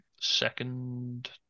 second